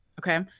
Okay